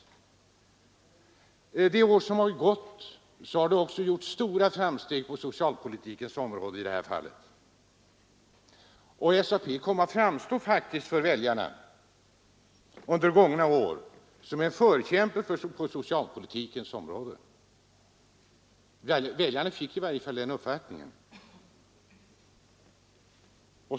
Jag vill ändå framhålla att det under de år som gått har gjorts stora framsteg på socialpolitikens område. SAP kom under gångna år att framstå för väljarna som en förkämpe på socialpolitikens område.